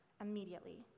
Immediately